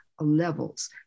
levels